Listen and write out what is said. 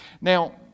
Now